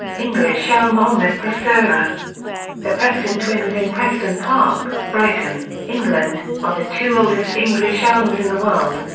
english elm ulmus procera the preston twins in preston park, brighton, england, are the two oldest english elms in the world.